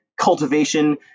cultivation